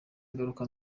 ingaruka